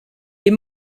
est